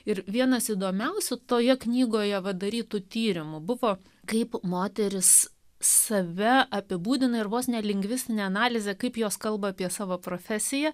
ir vienas įdomiausių toje knygoje padarytų tyrimu buvo kaip moterys save apibūdina ir vos ne lingvistinė analizė kaip jos kalba apie savo profesiją